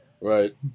Right